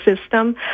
system